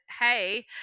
hey